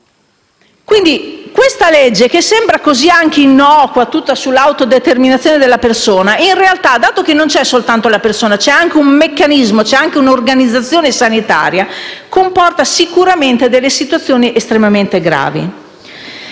Quindi questa legge, che sembra innocua, tutta sull'autodeterminazione della persona, in realtà, dato che non coinvolge soltanto la persona ma anche un meccanismo e un'organizzazione sanitaria, comporta sicuramente delle situazioni estremamente gravi.